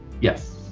Yes